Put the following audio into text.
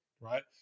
right